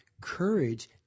Courage